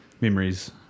memories